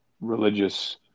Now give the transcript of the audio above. religious